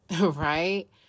right